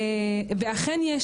אכן,